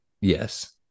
Yes